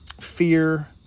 fear